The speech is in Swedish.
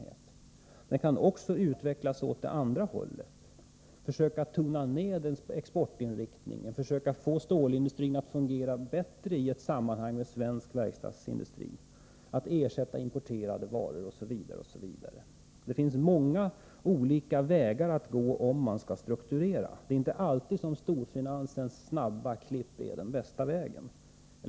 En strukturering kan också utvecklas åt det andra hållet: man kan försöka tona ner exportinriktningen, försöka få stålindustrin att fungera bättre i ett sammanhang med svensk verkstadsindustri, försöka ersätta importerade varor, osv. Det finns många olika vägar att gå om man skall strukturera. Det är inte alltid som storfinansens snabba klipp är den bästa vägen.